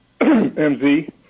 MZ